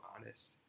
honest